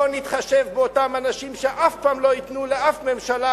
לא נתחשב באותם אנשים שאף פעם לא ייתנו לאף ממשלה,